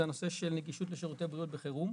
הנושא של נגישות ושירותי בריאות בחירום.